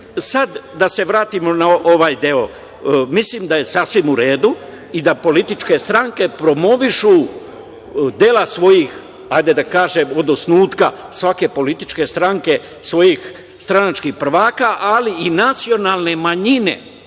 sad da se vratimo na ovaj deo. Mislim da je sasvim u redu i da političke stranke promovišu dela svojih, ajde da kažem od osnutka svake političke stranke, svojih stranačkih prvaka, ali i nacionalne manjine